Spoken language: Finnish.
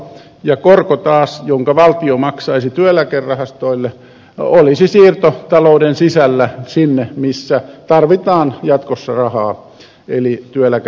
ja korko jonka valtio maksaisi työeläkerahastoille taas olisi siirto talouden sisällä sinne missä tarvitaan jatkossa rahaa eli työeläkejärjestelmään